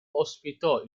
ospitò